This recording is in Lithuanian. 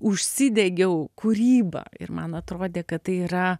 užsidegiau kūryba ir man atrodė kad tai yra